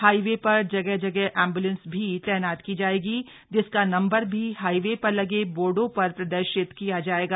highway प्र जगह जगह एंबुलेंस भी तैनात की जाएंगी जिसका नंबर भी हाईवे र लगे बोर्डो र प्रदर्शित किया जाएगा